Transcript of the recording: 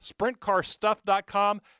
SprintCarStuff.com